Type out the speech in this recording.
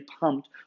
pumped